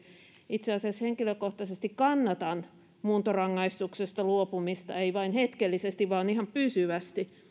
itse asiassa henkilökohtaisesti kannatan muuntorangaistuksesta luopumista ei vain hetkellisesti vaan ihan pysyvästi